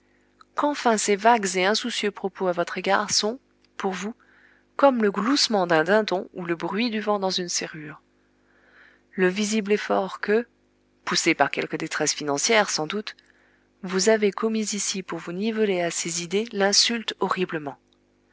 qu'enfin ses vagues et insoucieux propos à votre égard sont pour vous comme le gloussement d'un dindon ou le bruit du vent dans une serrure le visible effort que poussé par quelque détresse financière sans doute vous avez commis ici pour vous niveler à ses idées l'insulte horriblement